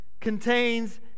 contains